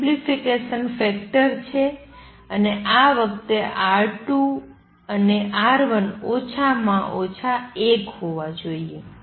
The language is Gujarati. આ એમ્પ્લીફિકેશન ફેક્ટર છે અને આ વખતે R1 R2 ઓછામાં ઓછા ૧ હોવા જોઈએ